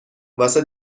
واسه